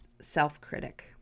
self-critic